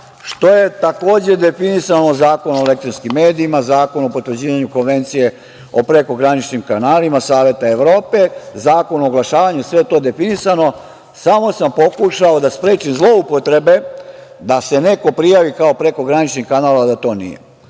što je takođe definisao Zakon o elektronskim medijima, Zakon o potvrđivanju konvencije o prekograničnim kanalima Saveta Evrope, Zakon o oglašavanju. Sve je to definisano, samo sam pokušao da sprečim zloupotrebe da se neko prijavi kao prokogranični kanal, a da to nije. Kako